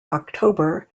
october